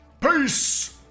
Peace